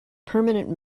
permanent